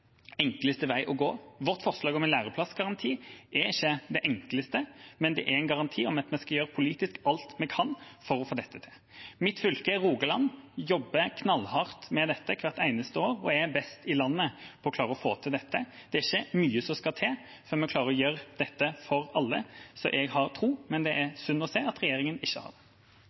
enkleste vei å gå. Vårt forslag om en læreplassgaranti er ikke det enkleste, men det er en garanti om at vi politisk skal gjøre alt vi kan for å få dette til. Mitt fylke, Rogaland, jobber knallhardt med dette hvert eneste år og er best i landet på å klare å få det til. Det er ikke mye som skal til før vi klarer å gjøre det for alle. Så jeg har tro, men det er synd å se at regjeringen ikke har